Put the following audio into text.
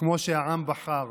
כמו שהעם בחר,